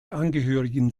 angehörigen